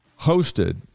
hosted